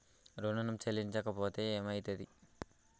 ఋణం చెల్లించకపోతే ఏమయితది?